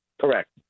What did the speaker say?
Correct